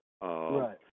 Right